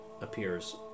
appears